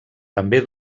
també